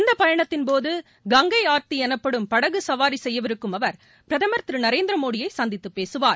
இந்தப் பயணத்தின் போது கங்கை ஆர்த்தி எனப்படும் படகு சவாரி செய்யவிருக்கும் அவர் பிரதமர் திரு நரேந்திர மோடியை சந்தித்துப் பேசுவார்